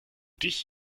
dich